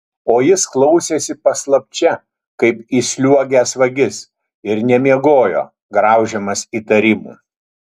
o jis klausėsi paslapčia kaip įsliuogęs vagis ir nemiegojo graužiamas įtarimų